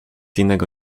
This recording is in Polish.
innego